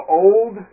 old